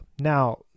Now